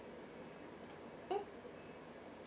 yup